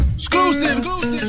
Exclusive